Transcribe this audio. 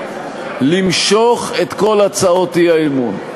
למשוך את כל הצעות האי-אמון,